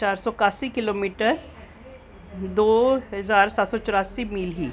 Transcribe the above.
चार सौ कास्सी किल्लोमीटर ही